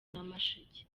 nyamasheke